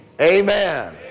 amen